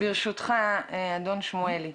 ברשותך, אדון שמואלי,